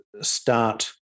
start